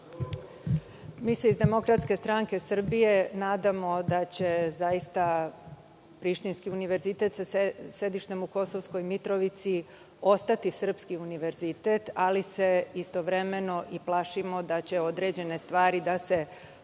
Mi se iz DSS nadamo da će zaista Prištinski univerzitet sa sedištem u Kosovskoj Mitrovici ostati srpski univerzitet, ali se istovremeno i plašimo da će određene stvari da se promene